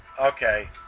okay